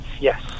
Yes